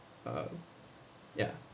uh ya